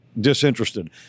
disinterested